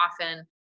often